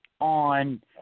on